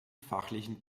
fachlichen